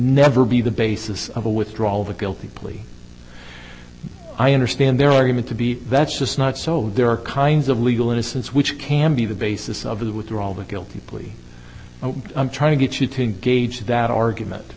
can ever be the basis of a withdrawal of a guilty plea i understand their argument to be that's just not so there are kinds of legal innocence which can be the basis of the withdrawal but guilty plea i'm trying to get you to engage that argument